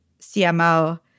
CMO